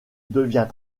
devient